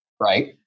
Right